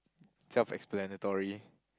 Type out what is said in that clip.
self explanatory